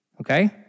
okay